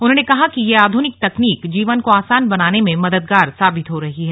उन्होंने कहा कि यह आधुनिक तकनीक जीवन को आसान बनाने में मददगार साबित हो रही है